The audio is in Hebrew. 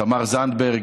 תמר זנדברג,